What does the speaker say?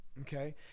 okay